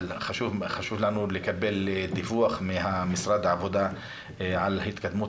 אבל חשוב לנו לקבל דיווח ממשרד העבודה על התקדמות